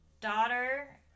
daughter